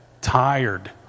tired